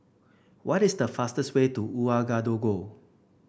what is the fastest way to Ouagadougou